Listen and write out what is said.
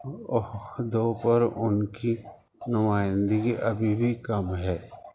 عہددوں پر ان کی نمائندگی ابھی بھی کم ہے